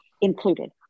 included